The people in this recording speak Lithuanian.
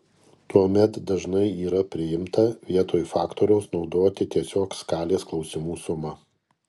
tuomet dažnai yra priimta vietoj faktoriaus naudoti tiesiog skalės klausimų sumą